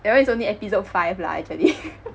that one is only episode five lah actually